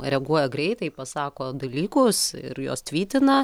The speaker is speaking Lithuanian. reaguoja greitai pasako dalykus ir juos tvytina